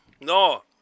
No